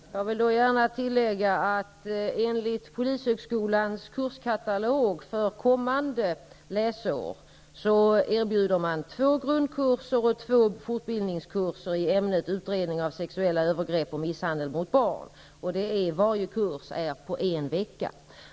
Fru talman! Jag vill gärna tillägga att enligt polishögskolans kurskatalog för kommande läsår erbjuds två grundkurser och två fortbildningskurser i ämnet utredning av sexuella övergrepp och misshandel mot barn. Kurserna är på en vecka.